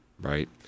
right